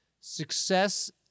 success